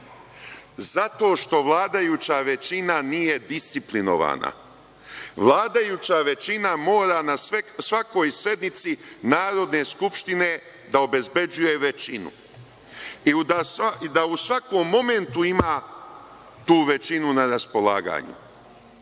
Zato što vladajuća većina nije disciplinovana. Vladajuća većina mora na svakoj sednici Narodne skupštine da obezbeđuje većinu i da u svakom momentu ima tu većinu na raspolaganju,